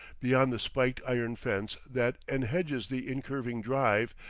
beyond the spiked iron fence that enhedges the incurving drive,